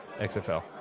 XFL